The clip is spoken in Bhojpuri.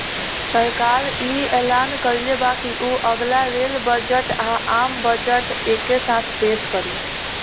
सरकार इ ऐलान कइले बा की उ अगला रेल बजट आ, आम बजट एके साथे पेस करी